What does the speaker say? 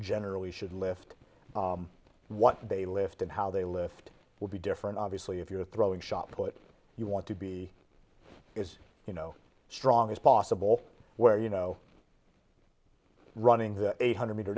generally should lift what they lift and how they lift will be different obviously if you're throwing shop what you want to be is you know strong as possible where you know running the eight hundred meter